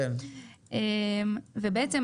למעט שבת.